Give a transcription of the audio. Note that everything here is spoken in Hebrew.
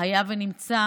היה ונמצא